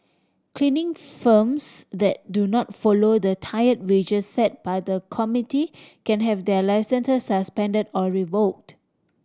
cleaning firms that do not follow the tier wage set by the committee can have their licences suspended or revoked